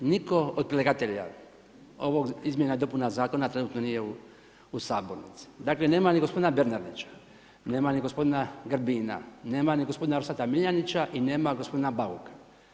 Nitko od predlagatelja ovog izmjena i dopuna zakona trenutno nije u Sabornici, dakle nema ni gospodina Bernardića, nema ni gospodina Grbina, nema ni gospodina Orsata Miljenića i nema gospodina Bauka.